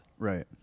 Right